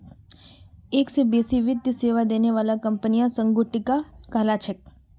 एक स बेसी वित्तीय सेवा देने बाला कंपनियां संगुटिका कहला छेक